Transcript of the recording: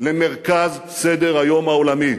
למרכז סדר-היום העולמי.